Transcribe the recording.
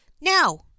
now